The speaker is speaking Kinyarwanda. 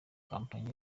kompanyi